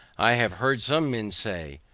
i have heard some men say,